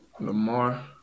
Lamar